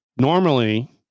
normally